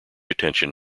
attention